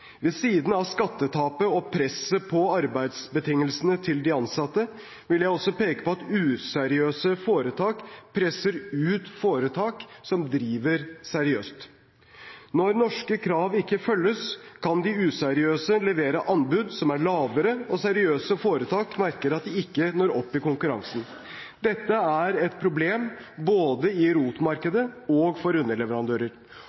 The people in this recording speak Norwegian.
Ved siden av skattetapet og presset på arbeidsbetingelsene til de ansatte vil jeg også peke på at useriøse foretak presser ut foretak som driver seriøst. Når norske krav ikke følges, kan de useriøse levere anbud som er lavere, og seriøse foretak merker at de ikke når opp i konkurransen. Dette er et problem både i